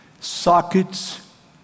sockets